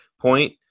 point